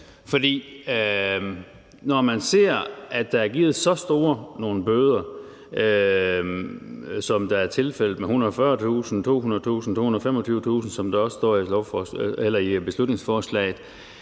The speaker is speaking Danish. når man ser, at der er givet så store bøder, som det er tilfældet, på 140.000 kr., 200.000 kr., 225.000 kr., som der også står i beslutningsforslaget,